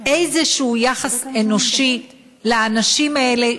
איזשהו יחס אנושי לאנשים האלה,